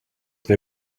they